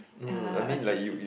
uh okay K